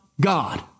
God